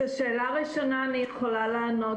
על השאלה הראשונה אני יכולה לענות,